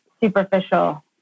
superficial